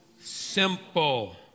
simple